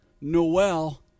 Noel